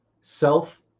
self